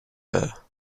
her